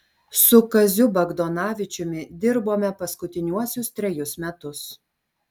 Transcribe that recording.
su kaziu bagdonavičiumi dirbome paskutiniuosius trejus metus